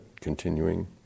continuing